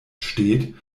steht